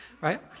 right